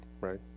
right